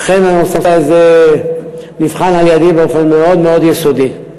אכן הנושא הזה נבחן על-ידי באופן מאוד מאוד יסודי.